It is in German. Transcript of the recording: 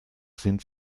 sind